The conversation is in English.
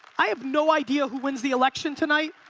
i have no idea who wins the election tonight,